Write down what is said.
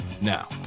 Now